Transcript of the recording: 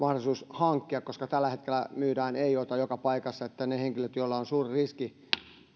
hankkia koska tällä hetkellä myydään eioota joka paikassa että ne henkilöt joilla on suuri riski